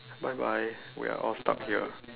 bye bye we're all stuck here